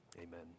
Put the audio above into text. Amen